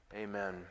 Amen